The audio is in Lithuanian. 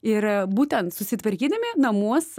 ir būtent susitvarkydami namus